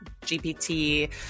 GPT